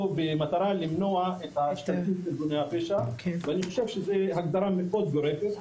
במטרה למנוע את השתלטות ארגוני הפשע ואני חושב שזאת הגדרה מאוד גורפת,